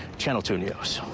channel two news.